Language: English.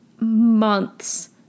months